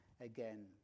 again